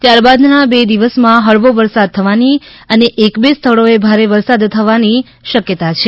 ત્યારબાદના બે દિવસમાં હળવો વરસાદ થવાની અને એક બે સ્થળોએ ભારે વરસાદ વરસવાની પણ શક્યતા છે